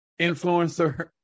influencer